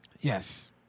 Yes